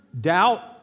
doubt